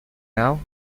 now